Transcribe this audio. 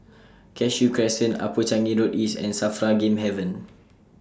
Cashew Crescent Upper Changi Road East and SAFRA Game Haven